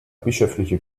bischöfliche